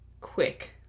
quick